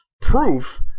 proof